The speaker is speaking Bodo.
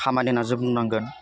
खामानि होन्ना जों बुंनांगोन